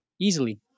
Easily